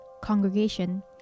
Congregation